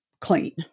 clean